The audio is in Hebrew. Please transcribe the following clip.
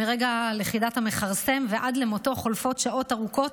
מרגע לכידת המכרסם ועד מותו חולפות שעות ארוכות,